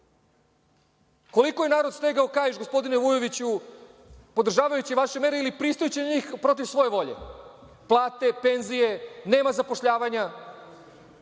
je narod stegao kaiš, gospodine Vujoviću, podržavajući vaše mere ili pristajući na njih protiv svoje volje, plate, penzije, nema zapošljavanja?